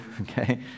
okay